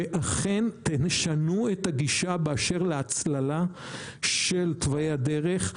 ואכן תשנו את הגישה באשר להצללה של תוואי הדרך.